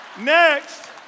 next